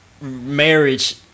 marriage